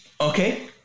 Okay